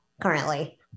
currently